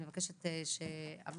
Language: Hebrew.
אני מבקשת שהמשרדים,